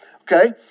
Okay